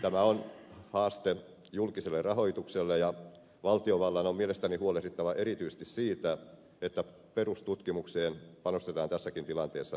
tämä on haaste julkiselle rahoitukselle ja valtiovallan on mielestäni huolehdittava erityisesti siitä että perustutkimukseen panostetaan tässäkin tilanteessa riittävästi